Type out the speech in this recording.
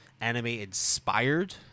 anime-inspired